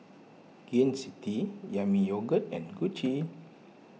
Gain City Yami Yogurt and Gucci